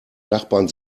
nachbarn